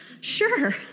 sure